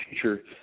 future